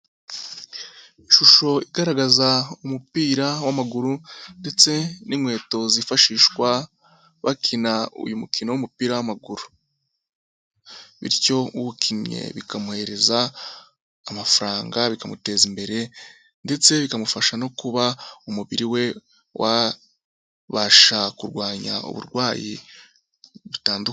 Ishusho igaragaza umupira w'amaguru ndetse n'inkweto zifashishwa bakina uyu mukino w'umupira w'amaguru, bityo uwukinnye bikamwuhereza amafaranga, bikamuteza imbere ndetse bikamufasha no kuba umubiri we wababasha kurwanya uburwayi butandukanye.